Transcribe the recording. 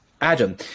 Adam